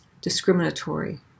discriminatory